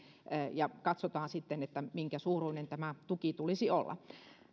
katsotaan sitten minkä suuruinen tämän tuen sitten tulisi olla